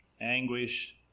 anguish